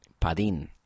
Padin